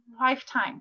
lifetime